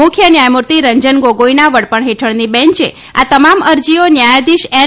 મુખ્ય ન્યાયમૂર્તિ રંજન ગોગોઈના વડપણ હેઠળની બેંચે આ તમામ અરજીઓ ન્યાયધિશ એન